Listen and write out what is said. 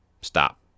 Stop